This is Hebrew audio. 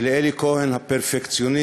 שלאלי כהן הפרפקציוניסט